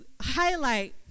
highlight